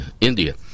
India